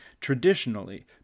Traditionally